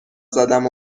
زدم